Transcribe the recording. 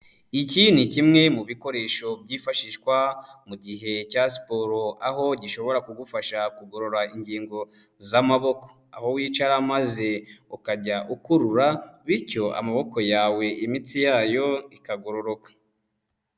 Iki ni kimwe mu bikoresho byifashishwa mu gihe cya siporo, aho gishobora kugufasha kugorora ingingo z'amaboko, aho wicara maze ukajya ukurura bityo amaboko yawe imitsi yayo ikagororoka.